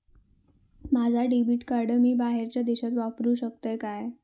माझा debit card मी बाहेरच्या देशात वापरू शकतय काय?